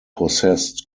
possessed